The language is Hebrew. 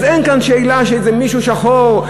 אז אין כאן שאלה שאיזה מישהו שחור,